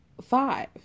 five